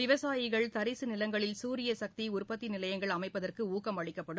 விவசாயிகள் தரிசு நிலங்களில் சூரிய சக்தி உற்பத்தி நிலையங்கள் அமைப்பதற்கு ஊக்கம் அளிக்கப்படும்